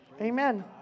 Amen